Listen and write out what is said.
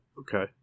Okay